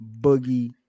Boogie